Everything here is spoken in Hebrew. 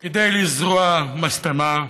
כדי לזרוע משטמה.